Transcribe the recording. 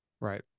Right